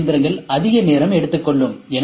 M இயந்திரங்கள் அதிக நேரம் எடுத்துக்கொள்ளும்